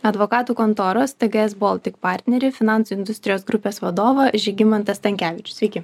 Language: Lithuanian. advokatų kontoros tgs baltic partnerį finansų industrijos grupės vadovą žygimantą stankevičių sveiki